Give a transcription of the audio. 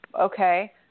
Okay